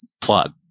plug